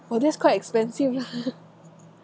oh that's quite expensive lah